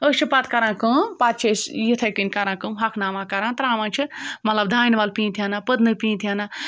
أسۍ چھِ پَتہٕ کَران کٲم پَتہٕ چھِ أسۍ یِتھَے کٔنۍ کَران کٲم ہۄکھناوان کَران ترٛاوان چھِ مطلب دانہِ وَل پیٖنٛت ہَنہ پٔدنہٕ پیٖنٛت ہَنہ